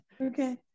Okay